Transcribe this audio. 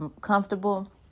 comfortable